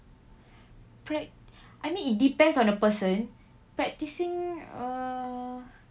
prac~ I mean it depends on the person practising uh